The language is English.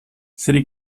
city